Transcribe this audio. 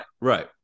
right